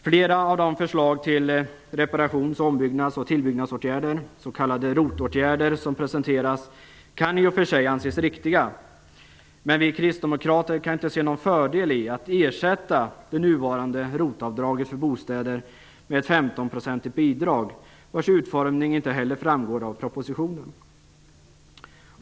Flera av de förslag till reparations-, om och tillbyggnadsåtgärder, s.k. ROT-åtgärder, som presenteras kan i och för sig anses riktiga. Men vi kristdemokrater kan inte se någon fördel i att ersätta det nuvarande ROT-avdraget för bostäder med ett femtonprocentigt bidrag, vars utformning inte heller framgår av propositionen.